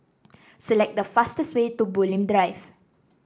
select the fastest way to Bulim Drive